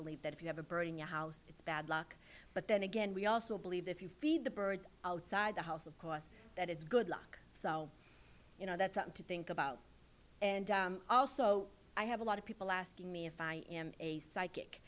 believe that if you have a bird in your house it's bad luck but then again we also believe if you feed the birds outside the house of course that is good luck so you know that's not to think about and also i have a lot of people asking me if i am a psychic